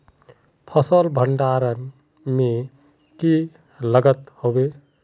फसल भण्डारण में की लगत होबे?